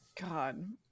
god